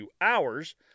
hours